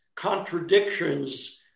contradictions